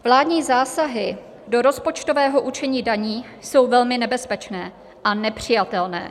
Vládní zásahy do rozpočtového určení daní jsou velmi nebezpečné a nepřijatelné.